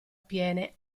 piene